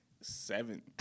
Seven